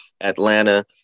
Atlanta